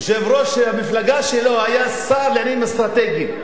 יושב-ראש המפלגה שלו היה שר לעניינים אסטרטגיים.